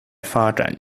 发展